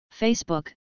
Facebook